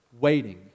waiting